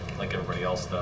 like everybody else does,